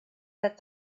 that